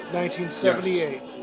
1978